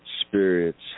spirits